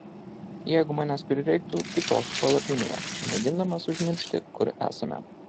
jeigu manęs prireiktų kiūtosiu palapinėje mėgindamas užmiršti kur esame